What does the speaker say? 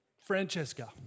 Francesca